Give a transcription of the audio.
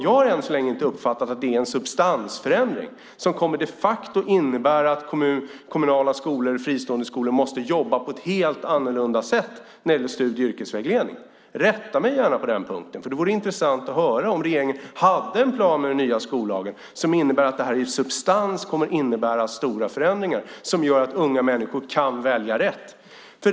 Jag har än så länge inte uppfattat att det är en substansförändring som kommer att innebära att kommunala skolor och fristående skolor måste jobba på ett helt annat sätt när det gäller studie och yrkesvägledning. Rätta mig gärna på den punkten. Det vore intressant att höra om regeringen hade en plan med den nya skollagen som innebär stora förändringar som gör att unga människor kan välja rätt.